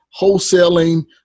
wholesaling